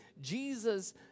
Jesus